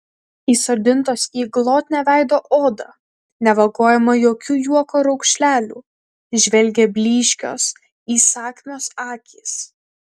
įsodintos į glotnią veido odą nevagojamą jokių juoko raukšlelių žvelgė blyškios įsakmios akys